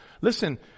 Listen